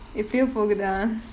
எப்படியோ போகுதா:eppadiyo poguthaa